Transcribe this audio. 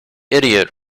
idiot